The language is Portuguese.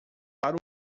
para